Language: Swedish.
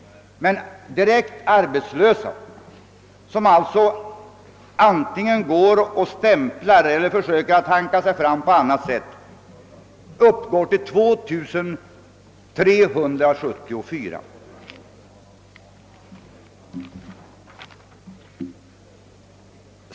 Antalet arbetslösa, vilka antingen går och stämplar eller försöker klara sig på annat sätt, uppgår till 2374.